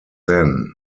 then